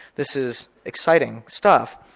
this is exciting stuff